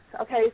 okay